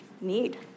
need